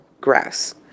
grass